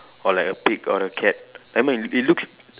or like a pig or a cat I mean it it looks